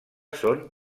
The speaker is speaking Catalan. són